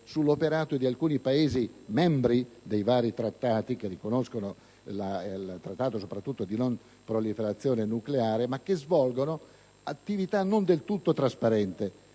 sull'operato di alcuni Paesi membri dei vari trattati che riconoscono il Trattato di non proliferazione nucleare, ma che svolgono attività non del tutto trasparente